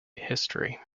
history